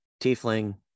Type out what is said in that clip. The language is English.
tiefling